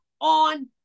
on